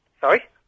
Sorry